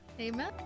Amen